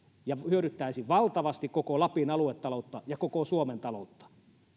ja hyödyttäisi valtavasti koko lapin aluetaloutta ja koko suomen taloutta